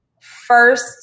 first